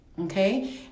okay